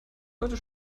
heute